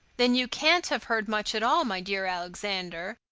then you can't have heard much at all, my dear alexander.